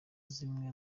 zimwe